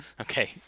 okay